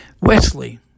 Wesley